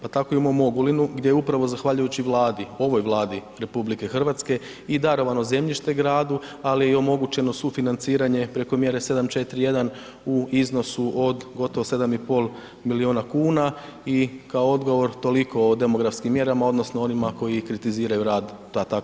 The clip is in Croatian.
Pa tako i u mom Ogulinu gdje upravo zahvaljujući Vladi, ovoj Vladi RH i darovano zemljište gradu, ali i omogućeno sufinanciranje preko mjere 741 u iznosu od gotovo 7 i pol miliona kuna i kao odgovor toliko o demografskim mjerama odnosno onima koji kritiziraju rad, pa tako i ove Vlade.